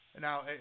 Now